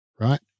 right